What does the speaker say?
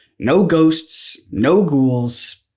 no ghosts, no ghouls,